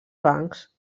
bancs